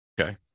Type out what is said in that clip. Okay